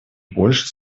больше